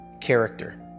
character